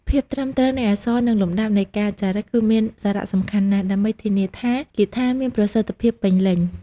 ភាពត្រឹមត្រូវនៃអក្សរនិងលំដាប់នៃការចារឹកគឺមានសារៈសំខាន់ណាស់ដើម្បីធានាថាគាថាមានប្រសិទ្ធភាពពេញលេញ។